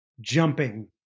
jumping